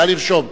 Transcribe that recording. נא לרשום.